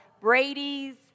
Brady's